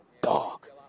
dog